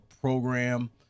program